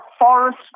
forest